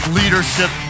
leadership